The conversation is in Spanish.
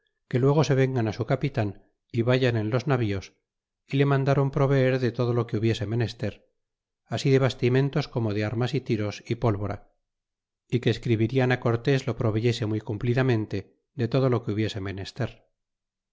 que luego se vengan su capitan y vayan en los navíos y le mandron proveer de todo lo que hubiese menester así de bastimentos como de armas y tiros é pólvora é que escribirian cortés lo proveyese muy cumplidamente de todo lo que hubiese menester